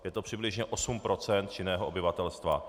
Je to přibližně 8 % činného obyvatelstva.